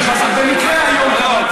במקרה היום קראתי.